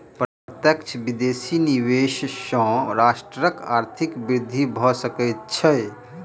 प्रत्यक्ष विदेशी निवेश सॅ राष्ट्रक आर्थिक वृद्धि भ सकै छै